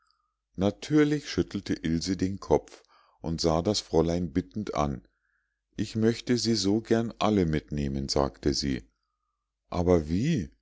natürlich schüttelte ilse den kopf und sah das fräulein bittend an ich möchte sie so gern alle mitnehmen sagte sie aber wie